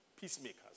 peacemakers